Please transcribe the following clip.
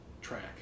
track